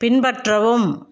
பின்பற்றவும்